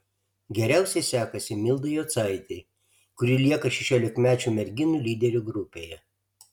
geriausiai sekasi mildai jocaitei kuri lieka šešiolikmečių merginų lyderių grupėje